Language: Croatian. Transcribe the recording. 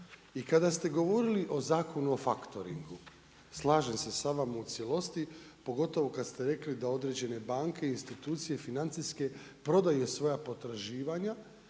I kada ste govorili o Zakonu o faktoringu. Slažem se s vama u cijelosti, pogotovo kad ste rekli da određene banke i institucije i financijske prodaje svoja potraživanja